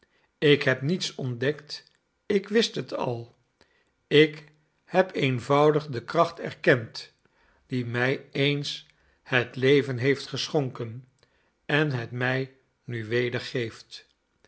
ik heb niets ontdekt ik wist het al ik heb eenvoudig de kracht erkend die mij eens het leven heeft geschonken en het mij nu wedergeeft